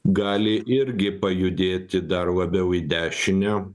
gali irgi pajudėti dar labiau į dešinę